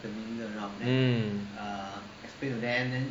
mm